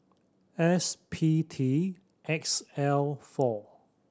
S P T X L four